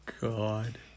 God